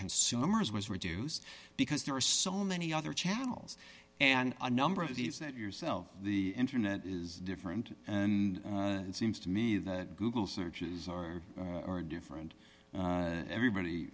consumers was reduced because there are so many other channels and a number of these that yourself the internet is different and it seems to me that google searches or are different everybody